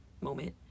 moment